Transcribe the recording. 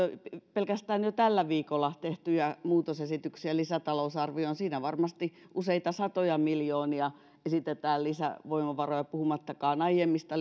pelkästään jo tällä viikolla tehtyjä muutosesityksiä lisätalousarvioon siinä varmasti useita satoja miljoonia esitetään lisävoimavaroja puhumattakaan aiemmista